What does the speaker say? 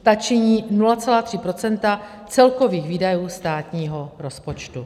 Ta činí 0,3 % celkových výdajů státního rozpočtu.